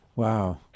Wow